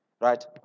Right